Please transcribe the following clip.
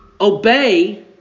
obey